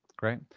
great.